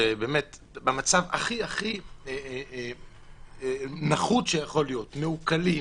שבמצב הכי נחות שיכול להיות מעוקלים,